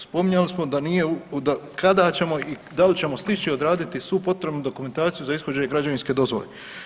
Spominjali smo da nije, da kada ćemo i da li ćemo stići odraditi svu potrebnu dokumentaciju za ishođenje građevinske dozvole?